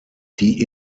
die